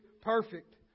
perfect